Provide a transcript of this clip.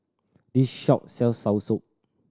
this shop sells soursop